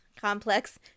complex